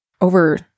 over